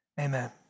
Amen